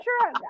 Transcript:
sure